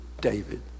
David